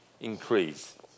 increase